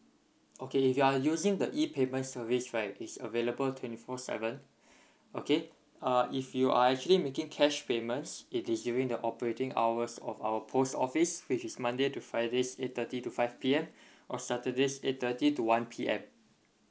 okay if you're using the e payment service right it's available twenty four seven okay uh if you are actually making cash payments it is during the operating hours of our post office which is monday to fridays eight thirty to five P_M or saturdays eight thirty to one P_M